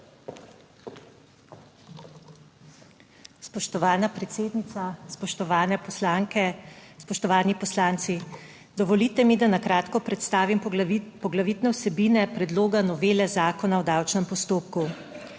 Spoštovana predsednica, spoštovane poslanke, spoštovani poslanci! Dovolite mi, da kratko predstavim poglavitne vsebine predloga novele Zakona o davčnem postopku.